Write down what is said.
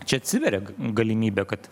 čia atsiveria galimybė kad